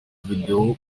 video